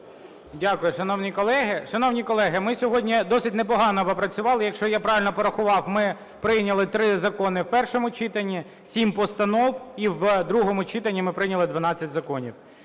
Дякую, шановні колеги. Шановні колеги, ми сьогодні досить непогано попрацювали. Якщо я правильно порахував, ми прийняли: 3 закони в першому читанні, 7 постанов, і в другому читанні ми прийняли 12 законів.